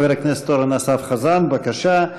חבר הכנסת אורן אסף חזן, בבקשה.